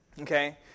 Okay